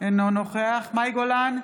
אינו נוכח מאי גולן,